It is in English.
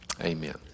Amen